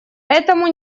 этому